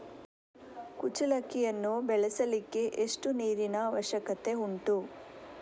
ಕುಚ್ಚಲಕ್ಕಿಯನ್ನು ಬೆಳೆಸಲಿಕ್ಕೆ ಎಷ್ಟು ನೀರಿನ ಅವಶ್ಯಕತೆ ಉಂಟು?